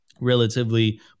relatively